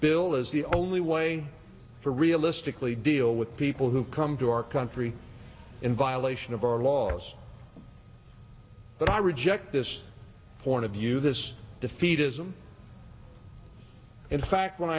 bill is the only way for realistically deal with people who come to our country in violation of our laws but i reject this point of view this defeatism in fact when